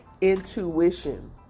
intuition